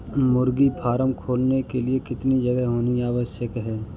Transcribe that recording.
मुर्गी फार्म खोलने के लिए कितनी जगह होनी आवश्यक है?